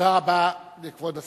תודה רבה לכבוד השר.